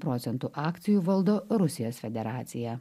procentų akcijų valdo rusijos federacija